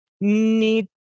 need